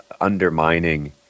undermining